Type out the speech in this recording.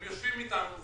הם יושבים איתנו.